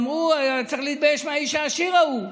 אמרו: צריך להתבייש מהאיש העשיר ההוא,